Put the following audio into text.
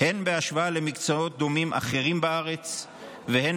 הן בהשוואה למקצועות דומים אחרים בארץ והן